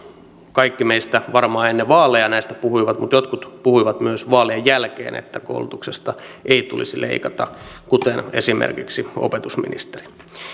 kaikki meistä varmaan ennen vaaleja näistä puhuivat mutta jotkut puhuivat myös vaalien jälkeen että koulutuksesta ei tulisi leikata kuten esimerkiksi opetusministeri